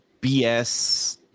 BS